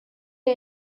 der